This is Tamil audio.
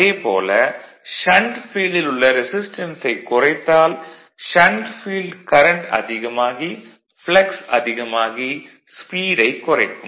அதே போல ஷண்ட் ஃபீல்டில் உள்ள ரெசிஸ்டன்ஸை குறைத்தால் ஷண்ட் ஃபீல்டு கரண்ட் அதிகமாகி ப்ளக்ஸ் அதிகமாகி ஸ்பீடை குறைக்கும்